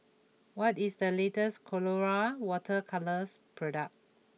what is the latest Colora Water Colours product